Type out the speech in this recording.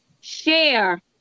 Share